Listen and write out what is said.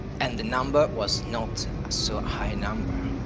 and the number was not so high a number.